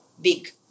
big